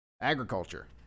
agriculture